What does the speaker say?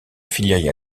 filiale